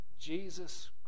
Jesus